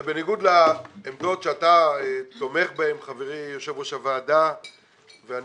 זה בניגוד לעמדות שאתה תומך בהם חברי יושב ראש הוועדה ואני